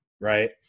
right